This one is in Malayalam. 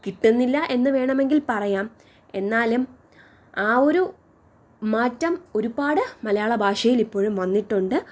കിട്ടുന്നില്ല എന്ന് വേണമെങ്കിൽ പറയാം എന്നാലും ആ ഒരു മാറ്റം ഒരുപാട് മലയാളഭാഷയിൽ ഇപ്പോഴും വന്നിട്ടുണ്ട്